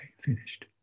finished